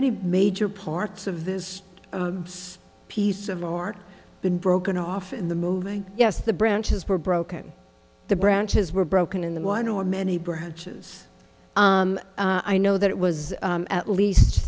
any major parts of this piece of art been broken off in the movie yes the branches were broken the branches were broken in the one or many branches i know that it was at least